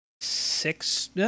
six